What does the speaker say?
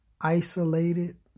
isolated